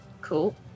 Cool